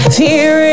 fear